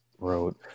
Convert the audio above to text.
wrote